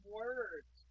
words